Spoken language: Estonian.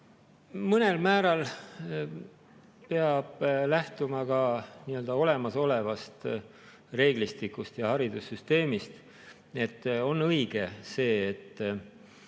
Mõnel määral peab lähtuma ka olemasolevast reeglistikust ja haridussüsteemist. On õige, et